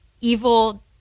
evil